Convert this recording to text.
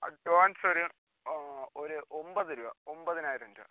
advance ഒരു ഓ ഒരു ഒമ്പത് രൂപ ഒമ്പതിനായിരം രൂപ